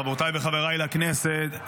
חברותיי וחבריי לכנסת,